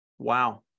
Wow